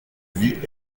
vie